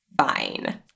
fine